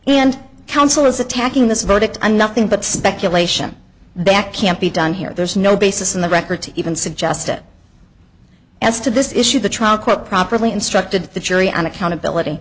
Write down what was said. and counsel is attacking this verdict and nothing but speculation back can't be done here there's no basis in the record to even suggest it as to this issue the trial court properly instructed the jury on accountability